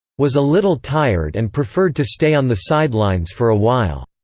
was a little tired and preferred to stay on the sidelines for a while.